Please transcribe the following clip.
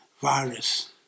virus